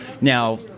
Now